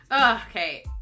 okay